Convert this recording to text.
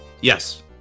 Yes